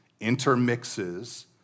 intermixes